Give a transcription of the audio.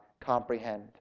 comprehend